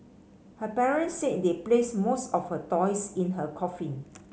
her parents said they placed most of her toys in her coffin